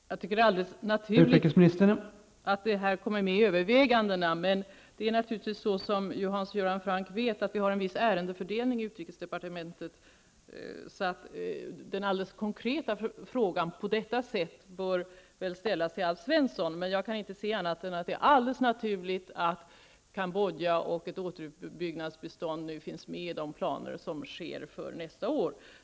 Herr talman! Jag tycker att det är alldeles naturligt att detta kommer med i övervägandena, men som Hans Göran Franck vet har vi en viss ärendefördelning i utrikesdepartementet. Den konkreta frågan bör väl ställas till Alf Svensson, men jag kan inte se annat än att det är alldeles naturligt att Cambodja och ett återuppbyggnadsbistånd finns med i planerna nästa år.